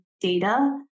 data